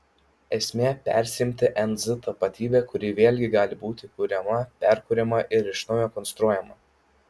esmė persiimti nz tapatybe kuri vėlgi gali būti kuriama perkuriama ir iš naujo konstruojama